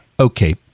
Okay